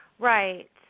Right